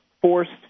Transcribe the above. forced